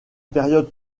période